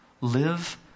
live